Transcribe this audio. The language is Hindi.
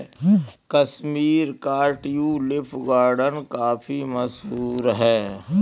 कश्मीर का ट्यूलिप गार्डन काफी मशहूर है